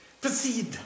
proceed